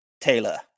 Taylor